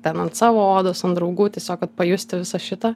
ten ant savo odos ant draugų tiesiog kad pajusti visą šitą